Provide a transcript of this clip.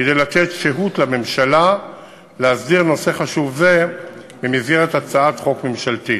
כדי לתת שהות לממשלה להסדיר נושא חשוב זה במסגרת הצעת חוק ממשלתית.